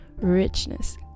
richness